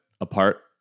apart